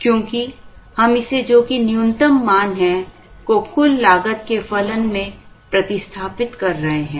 क्योंकि हम इसे जो कि न्यूनतम मान है को कुल लागत के फलन में प्रतिस्थापित कर रहे हैं